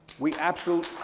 we absolutely